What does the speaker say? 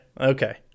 okay